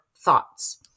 thoughts